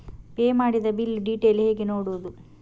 Pay ಮಾಡಿದ bill detail ಹೇಗೆ ನೋಡುವುದು?